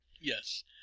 Yes